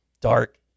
dark